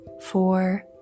four